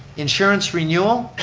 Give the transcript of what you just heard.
insurance renewal,